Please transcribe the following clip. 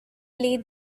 play